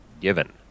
given